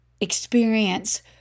experience